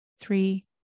three